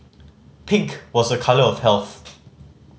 pink was a colour of health